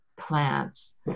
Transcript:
Plants